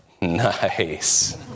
nice